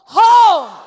home